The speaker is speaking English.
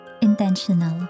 intentional